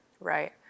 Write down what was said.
right